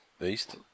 East